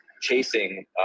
chasing